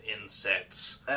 insects